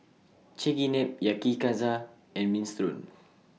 Chigenabe Yakizakana and Minestrone